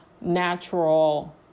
natural